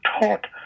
taught